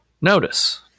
notice